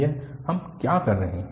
अब हम क्या कर रहे हैं